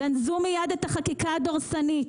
גנזו מייד את החקיקה הדורסנית,